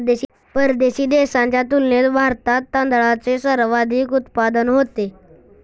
परदेशी देशांच्या तुलनेत भारतात तांदळाचे सर्वाधिक उत्पादन होते